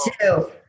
two